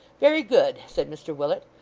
very good said mr willet.